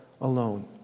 alone